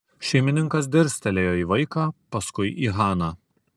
šeimininkas dirstelėjo į vaiką paskui į haną